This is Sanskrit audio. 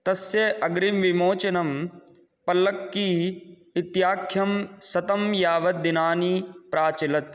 तस्य अग्रिमं विमोचनं पल्लक्की इत्याख्यं शतं यावत् दिनानि प्राचलत्